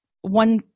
one